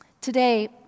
Today